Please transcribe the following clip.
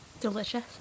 Delicious